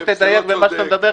אני אשמח שתדייק במה שאתה מדבר,